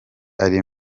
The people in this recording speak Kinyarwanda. ari